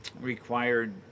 Required